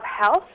Health